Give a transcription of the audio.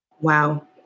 Wow